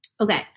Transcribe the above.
Okay